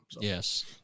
Yes